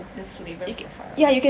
the flavour profile